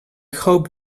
hope